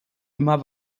immer